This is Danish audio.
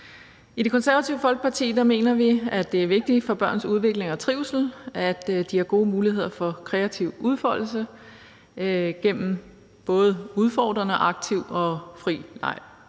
I Det Konservative Folkeparti mener vi, at det er vigtigt for børns udvikling og trivsel, at de har gode muligheder for kreativ udfoldelse gennem både udfordrende, aktiv og fri leg.